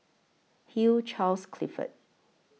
Hugh Charles Clifford